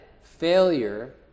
failure